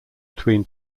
between